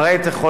תודה רבה.